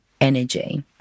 energy